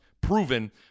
proven